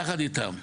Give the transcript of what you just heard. יחד איתם,